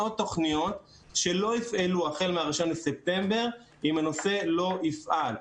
מאות תוכניות שלא יפעלו החל מ-1 בספטמבר אם הנושא לא יטופל,